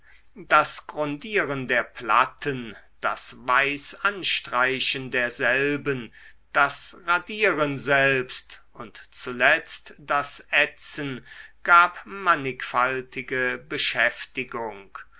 das grundieren der platten das weißanstreichen derselben das radieren selbst und zuletzt das ätzen gab mannigfaltige beschäftigung